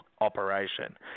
operation